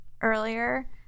earlier